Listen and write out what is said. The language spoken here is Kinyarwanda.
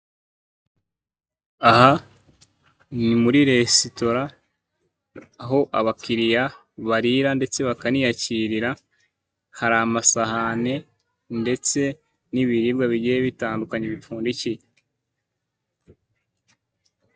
Aha ni muri resitora aho abakiriya barira ndetse bakaniyakirira, hari amasahane ndetse n'ibiribwa bigiye bitandukanye bipfundikiye.